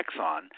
Exxon